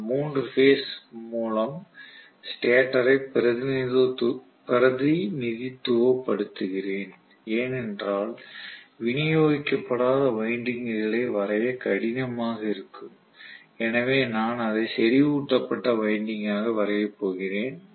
நான் 3 பேஸ் மூலம் ஸ்டேட்டரைப் பிரதிநிதித்துவப்படுத்துகிறேன் ஏனென்றால் விநியோகிக்கப்படாத வைண்டிங்க்குகளை வரைய கடினமாக இருக்கும் எனவே நான் அதை செறிவூட்டப்பட்ட வைண்டிங்காக வரையப் போகிறேன்